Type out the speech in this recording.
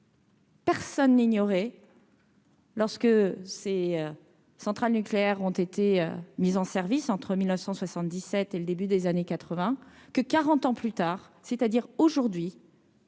Personne n'ignorait. Lorsque ces centrales nucléaires ont été mises en service entre 1977 et le début des années 80 que 40 ans plus tard, c'est-à-dire aujourd'hui.